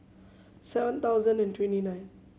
seven thousand and twenty nine